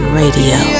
radio